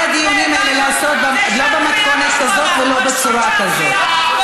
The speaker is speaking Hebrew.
את כל הדיונים האלה לעשות לא במתכונת כזאת ולא בצורה כזאת.